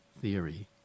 theory